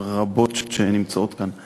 רבות שנמצאות כאן.